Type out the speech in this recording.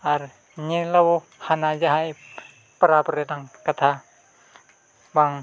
ᱟᱨ ᱧᱮᱞᱟ ᱵᱚ ᱦᱟᱱᱟ ᱡᱟᱦᱟᱸᱭ ᱯᱟᱨᱟᱵᱽ ᱨᱮᱱᱟᱝ ᱠᱟᱛᱷᱟ ᱵᱟᱝ